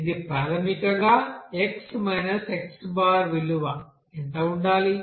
ఇది ప్రాథమికంగా xi x విలువ ఎంత ఉండాలి